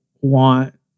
want